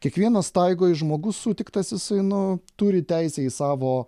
kiekvienas taigoj žmogus sutiktas jisai nu turi teisę į savo